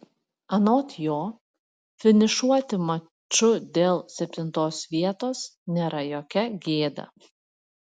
anot jo finišuoti maču dėl septintos vietos nėra jokia gėda